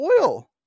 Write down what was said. oil